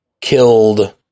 killed